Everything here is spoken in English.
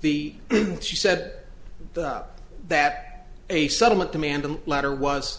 the she said that a settlement demand letter was